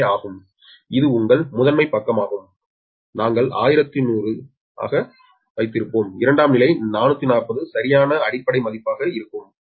ஏ ஆகும் இது உங்கள் முதன்மை பக்கமாகும் நாங்கள் 1100 ஆக இருப்போம் இரண்டாம் நிலை 440 சரியான அடிப்படை மதிப்பாக இருப்போம்